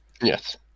Yes